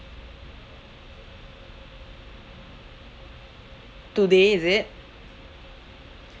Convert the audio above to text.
today is it